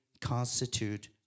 constitute